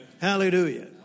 Hallelujah